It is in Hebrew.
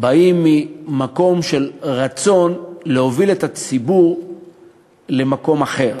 הרי באים ממקום של רצון להוביל את הציבור למקום אחר.